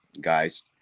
guys